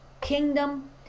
kingdom